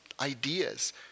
ideas